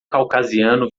caucasiano